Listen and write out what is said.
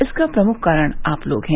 इसका प्रमुख कारण आप लोग हैं